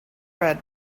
red